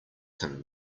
him